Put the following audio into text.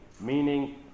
meaning